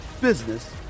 business